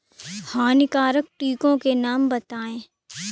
हानिकारक कीटों के नाम बताएँ?